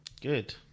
Good